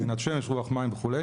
קרינת שמש, רוח, מים וכו'.